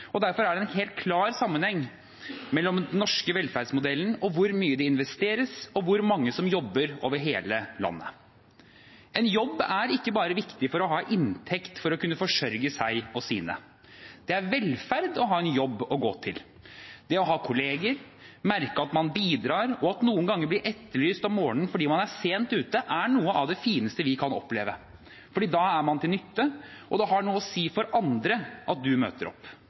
og derfor er det en helt klar sammenheng mellom den norske velferdsmodellen og hvor mye det investeres, og hvor mange som jobber over hele landet. En jobb er ikke bare viktig for å ha en inntekt for å kunne forsørge seg og sine. Det er velferd å ha en jobb å gå til. Det å ha kolleger, merke at man bidrar, og at man noen ganger blir etterlyst om morgenen fordi man er sent ute, er noe av det fineste vi kan oppleve, for da er man til nytte, og det har noe å si for andre at man møter opp.